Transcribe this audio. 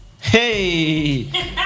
Hey